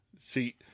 See